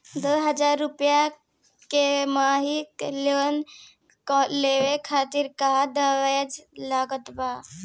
दो हज़ार रुपया के मासिक लोन लेवे खातिर का का दस्तावेजऽ लग त?